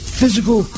physical